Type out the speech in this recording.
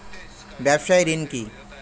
ব্যবসায় ঋণ কি?